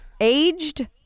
Aged